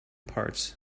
parts